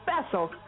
special